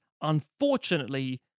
unfortunately